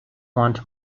want